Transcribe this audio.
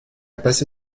passé